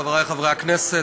חברי חברי הכנסת,